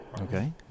Okay